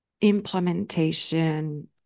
implementation